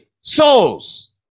souls